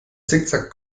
zickzack